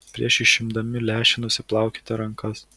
prieš išimdami lęšį nusiplaukite rankas